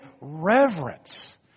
reverence